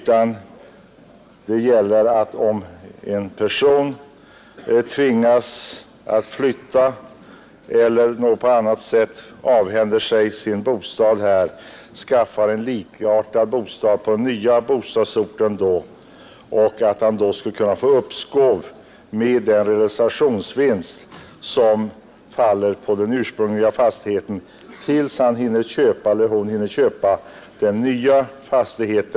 Vad det gäller är att en person, som tvingas att flytta från ort och därvid avhänder sig sin bostad och skaffar sig en likartad bostad på den nya bostadsorten, skall kunna få uppskov med beskattningen av den realisationsvinst som faller på den ursprungliga fastigheten, tills han hinner köpa en ny fastighet.